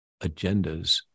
agendas